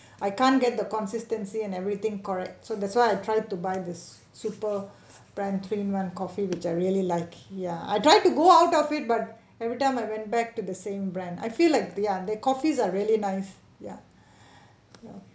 I can't get the consistency and everything correct so that's why I try to buy this super brand three in one coffee which I really like ya I tried to go out of it but every time I went back to the same brand I feel like ya their coffees are really nice ya